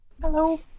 Hello